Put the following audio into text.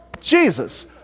Jesus